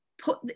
put